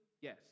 Yes